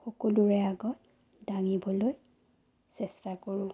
সকলোৰে আগত দাঙিবলৈ চেষ্টা কৰোঁ